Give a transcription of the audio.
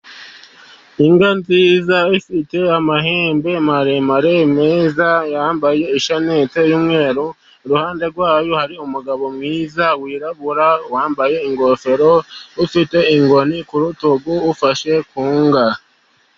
Inka nziza ifite amahembe maremare meza yambaye ishenete y'umweru, iruhande rwayo hari umugabo mwiza wirabura wambaye ingofero, ufite inkoni ku rutugu ufashe ku nka.